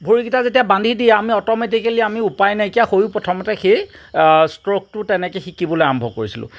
ভৰি কেইটা যদি বান্ধি দিয়ে আমি অ'টমেটিকেলি আমি উপাই নাইকিয়া হৈ আমি প্ৰথমতে সেই ষ্ট্ৰকটো তেনেকে শিকিবলৈ আৰম্ভ কৰিছিলোঁ